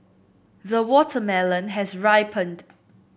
the watermelon has ripened